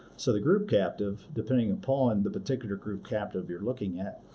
so, the group captive, depending upon the particular group captive you're looking at,